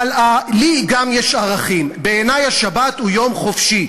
אבל גם לי יש ערכים, בעיני השבת היא יום חופשי.